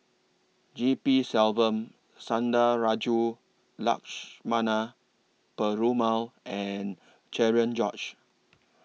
G P Selvam Sundarajulu Lakshmana Perumal and Cherian George